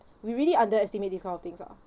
we really underestimate this kind of things lah